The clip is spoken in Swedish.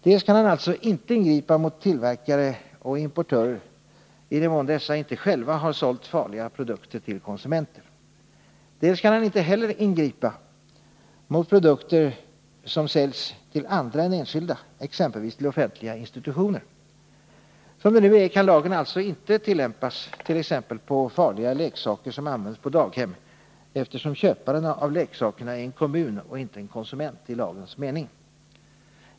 Dels kan han alltså inte ingripa mot tillverkare och importörer i den mån dessa inte själva har sålt farliga produkter till konsumenter, dels kan han inte heller ingripa mot produkter som säljs till andra än enskilda, exempelvis till offentliga institutioner. Som det nu är kan lagen alltså inte tillämpas på farliga leksaker som används på daghem, eftersom köparen av leksakerna är en kommun och inte en konsument i lagens mening.